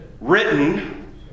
Written